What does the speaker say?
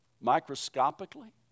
microscopically